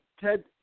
Ted